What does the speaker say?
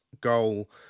goal